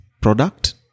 product